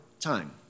time